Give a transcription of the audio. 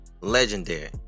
Legendary